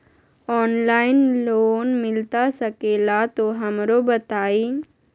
Online loan मिलता सके ला तो हमरो बताई?